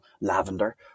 lavender